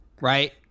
right